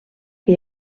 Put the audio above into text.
que